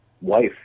wife